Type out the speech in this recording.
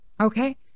okay